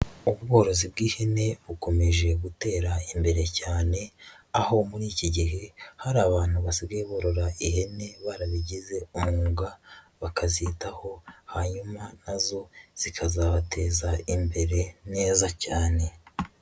Ubworozi bw'ihene bukomeje gutera imbere cyane, aho muri iki gihe hari abantu basigaye barora ihene barabigize umwuga, bakazitaho hanyuma na zo zikazabateza imbere neza cyane.